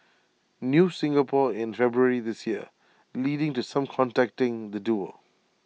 news Singapore in February this year leading to some contacting the duo